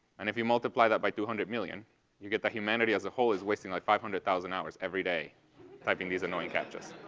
and if you multiply that by two hundred million you get that humanity as a whole is wasting like five hundred thousand hours every day typing these annoying captchas.